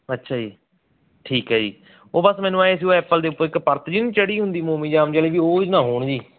ਅੱਛਾ ਜੀ ਠੀਕ ਹੈ ਜੀ ਉਹ ਬਸ ਮੈਨੂੰ ਐਏਂ ਸੀ ਉਹ ਐਪਲ ਦੇ ਉੱਪਰ ਇੱਕ ਪਰਤ ਜਹੀ ਨੀ ਚੜ੍ਹੀ ਹੁੰਦੀ ਮੋਮ ਜਾਮ ਜਿਹੜੀ ਉਹ ਨਾ ਹੋਣ ਜੀ